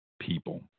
people